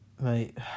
mate